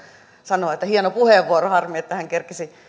sanoa että hieno puheenvuoro harmi että hän kerkesi